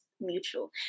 mutual